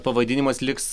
pavadinimas liks